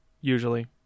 usually